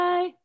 Bye